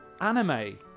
anime